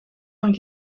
van